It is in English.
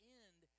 end